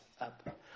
up